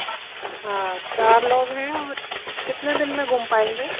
हाँ चार लोग हैं और कितने दिन में घूम पाएँगे